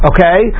Okay